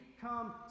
come